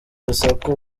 urusaku